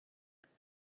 bruce